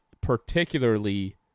particularly